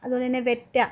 അതുകൊണ്ട് തന്നെ വെറ്റ